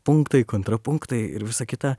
punktai kontrapunktai ir visa kita